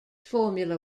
formula